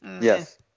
Yes